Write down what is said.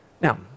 Now